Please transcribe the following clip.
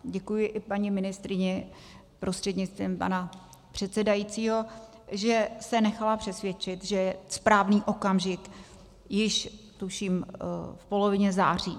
Děkuji i paní ministryni prostřednictvím pana předsedajícího, že se nechala přesvědčit, že je správný okamžik, již, tuším, v polovině září.